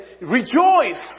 rejoice